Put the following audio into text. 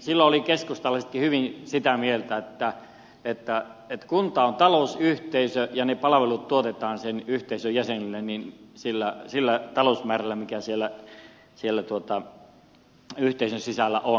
silloin olivat keskustalaisetkin hyvin sitä mieltä että kunta on talousyhteisö ja ne palvelut tuotetaan sen yhteisön jäsenille sillä talousmäärällä mikä siellä yhteisön sisällä on